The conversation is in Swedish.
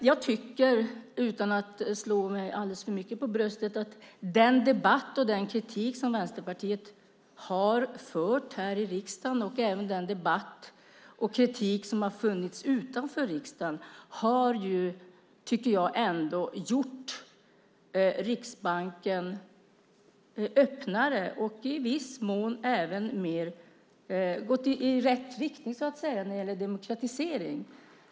Jag tycker, utan att slå mig alldeles för mycket för bröstet, att den kritik som Vänsterpartiet har framfört här i riksdagen och även den debatt och kritik som har funnits utanför riksdagen har gjort Riksbanken öppnare och att man i viss mån även gått i rätt riktning när det gäller demokratisering.